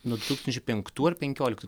nuo du tūkstančiai penktų ar penkioliktų